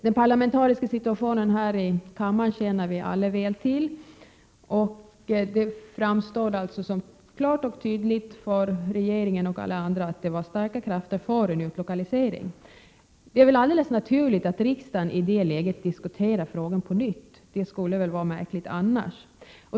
Den parlamentariska situationen här i kammaren känner vi alla väl till. Det stod alltså klart för regeringen och alla andra att starka krafter ville verka för en utlokalisering. Det är väl helt naturligt att riksdagen diskuterar frågan på nytt i det läget. Det skulle vara märkligt annars.